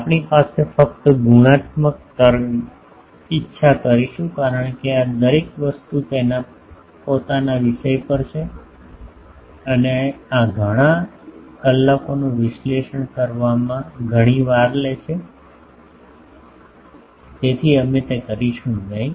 અહીં આપણે ફક્ત ગુણાત્મક તરંગ ઇચ્છા કરીશું કારણ કે આ દરેક વસ્તુ તેના પોતાના વિષય પર છે અને આ ઘણા કલાકોનું વિશ્લેષણ કરવામાં ઘણી વાર લે છે તેથી અમે તે કરીશું નહીં